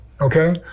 Okay